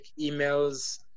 emails